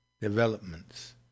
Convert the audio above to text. developments